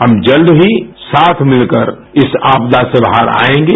हम जल्द ही साथ मिलकर इस आपदा से बाहर आएंगे